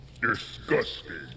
Disgusting